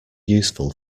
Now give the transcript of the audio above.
useful